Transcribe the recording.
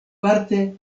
parte